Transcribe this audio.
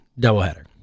doubleheader